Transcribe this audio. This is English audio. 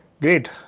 Great